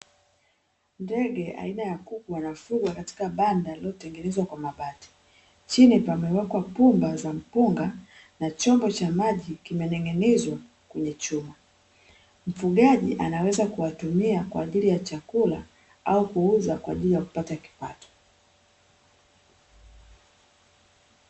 Ndege aina ya kuku wanafugwa katika banda lililotengenezwa kwa mabati. Chini pamewekwa pumba za mpunga na chombo cha maji kimening'inizwa kwenye chuma. Mfugaji anaweza kuwatumia kwa ajili ya chakula au kuuza kwa ajili ya kupata kipato.